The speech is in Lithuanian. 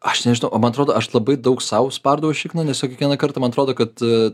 aš nežinau o man atrodo aš labai daug sau spardau į šikną nes tiesiog kiekvieną kartą man atrodo kad